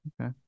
Okay